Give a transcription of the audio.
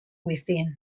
within